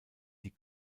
die